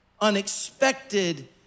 unexpected